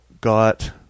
got